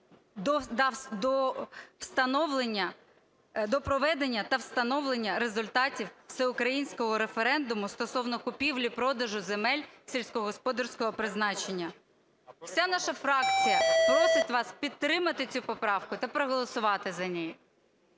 до проведення та встановлення результатів всеукраїнського референдуму стосовно купівлі-продажу земель сільськогосподарського призначення". Вся наша фракція просить вас підтримати цю поправку та проголосувати за неї.